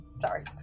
Sorry